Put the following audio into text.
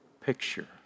picture